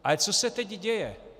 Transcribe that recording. Ale co se teď děje?